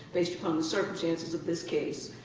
based upon the circumstances of this case,